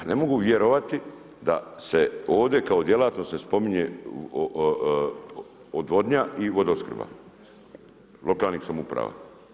Pa ne mogu vjerovati da se ovdje kao djelatnost spominje odvodnja i vodoopskrba lokalnih samouprava.